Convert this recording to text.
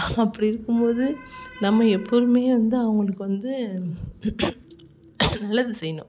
அப்படி இருக்கும்போது நம்ம எப்போதுமே வந்து அவங்களுக்கு வந்து நல்லது செய்யணும்